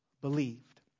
believed